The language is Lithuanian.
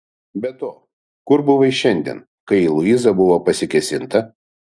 be to kur buvai šiandien kai į luizą buvo pasikėsinta